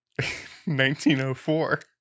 1904